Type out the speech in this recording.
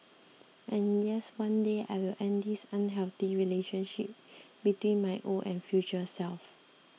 and yes one day I will end this unhealthy relationship between my old and future selves